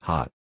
Hot